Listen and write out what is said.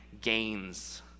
gains